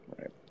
right